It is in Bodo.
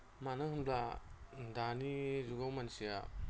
मानो होनोब्ला दानि जुगाव मानसिया